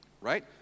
Right